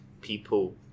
people